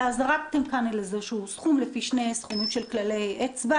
אלא זרקתם סכום לפי כללי אצבע.